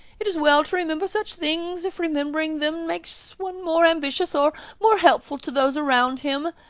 it is well to remember such things, if remembering them makes one more ambitious or more helpful to those around him.